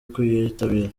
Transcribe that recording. kuyitabira